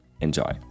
Enjoy